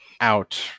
out